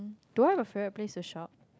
do I have a favourite place to shop